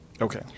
Okay